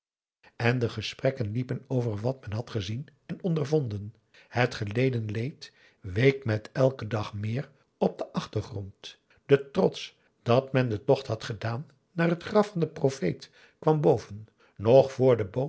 en de gesprekken liepen over wat men had gezien en ondervonden het geleden leed week met elken dag meer op den achtergrond de trots dat men den tocht had gedaan naar het graf van den profeet kwam boven nog vr de